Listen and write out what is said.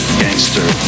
gangster